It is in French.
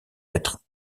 être